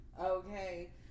okay